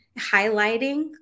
highlighting